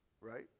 right